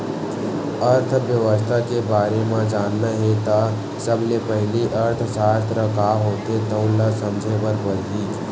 अर्थबेवस्था के बारे म जानना हे त सबले पहिली अर्थसास्त्र का होथे तउन ल समझे बर परही